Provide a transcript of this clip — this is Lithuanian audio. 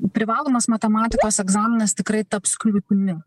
privalomas matematikos egzaminas tikrai taps kliūtimi